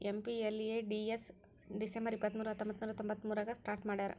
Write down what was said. MPLADS December ಇಪ್ಪತ್ಮೂರು ಹತ್ತೊಂಬಂತ್ತನೂರ ತೊಂಬತ್ತಮೂರಾಗ ಸ್ಟಾರ್ಟ್ ಮಾಡ್ಯಾರ